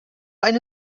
eine